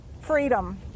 Freedom